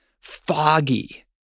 foggy